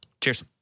Cheers